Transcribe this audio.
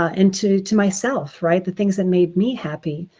and to to myself right, the things that made me happy,